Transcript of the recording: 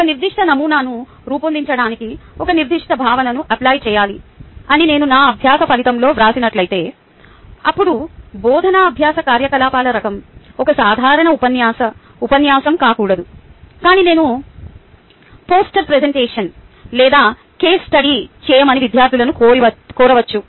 ఒక నిర్దిష్ట నమూనాను రూపొందించడానికి ఒక నిర్దిష్ట భావనను అప్లై చెయ్యాలి అని నేను నా అభ్యాస ఫలితంలో వ్రాసినట్లయితే అప్పుడు బోధనా అభ్యాస కార్యకలాపాల రకం ఒక సాధారణ ఉపన్యాస ఉపన్యాసం కాకూడదు కాని నేను పోస్టర్ ప్రెజెంటేషన్ లేదా కేస్ స్టడీ చేయమని విద్యార్థులను కోరివచ్చు